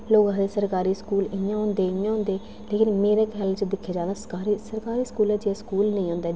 लोक आखदे सरकारी स्कूल इ'यां होंदे इ'यां होंदे लेकिन मेरे ख्याल च दिक्खे जान सरकारी सरकारी स्कूल जनेह् स्कूल नेईं होंदे